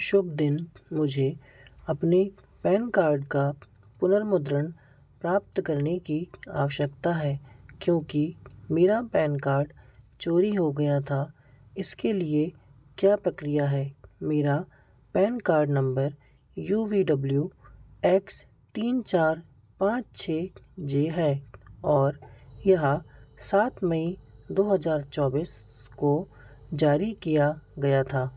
शुभ दिन मुझे अपने पैन कार्ड का पुनर्मुद्रण प्राप्त करने की आवश्यकता है क्योंकि मेरा पैन कार्ड चोरी हो गया था इसके लिए क्या प्रक्रिया है मेरा PAN card number U V W X तीन चार पाँच छह जे है और यह सात मई दो हज़ार चौबीस को जारी किया गया था